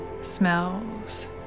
smells